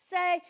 Say